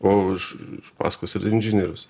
o už paskos ir inžinierius